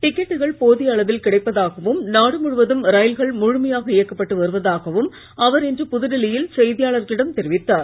டிக்கெட்டுகள் போதிய அளவில் கிடைப்பதாகவும் நாடு முழுவதும் ரயில்கள் முழுமையாக இயக்கப்பட்டு வருவதாகவும் அவர் இன்று புதுடெல்லியில் செய்தியாளர்களிடம் தெரிவித்தார்